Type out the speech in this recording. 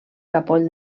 capoll